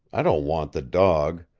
i don't want the dog.